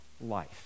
life